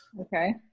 okay